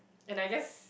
and I just